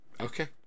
Okay